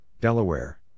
Delaware